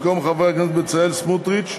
במקום חבר הכנסת בצלאל סמוטריץ,